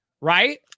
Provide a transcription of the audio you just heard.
right